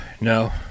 no